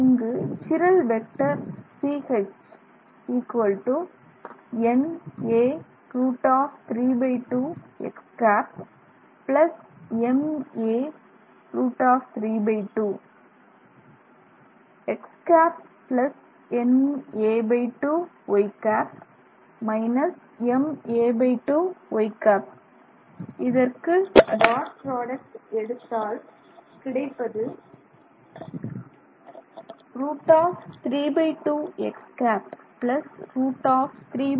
இந்த சிரல் vector Ch na√32 x ̂ ma√32 also x ̂ na2 y ̂ ma2 y ̂ இதற்கு dot product எடுத்தால் கிடைப்பது √32 x ̂√3a2 மற்றும் a2y ̂